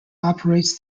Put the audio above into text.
operates